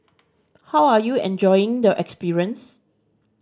how are you enjoying the experience